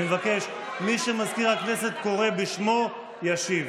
אני מבקש, מי שמזכיר הכנסת קורא בשמו, ישיב.